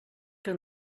que